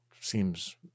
Seems